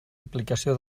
aplicació